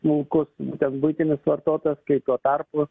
smulkus ten buitinis vartotojas kai tuo tarpu